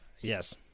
Yes